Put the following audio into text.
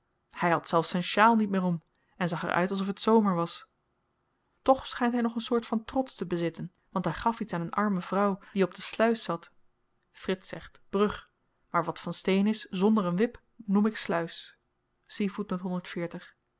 hy had zelfs zyn sjaal niet meer om en zag er uit alsof t zomer was toch schynt hy nog een soort van trots te bezitten want hy gaf iets aan een arme vrouw die op de sluis zat frits zegt brug maar wat van steen is zonder een wip noem ik sluis en